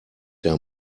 der